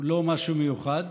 הוא לא משהו מיוחד,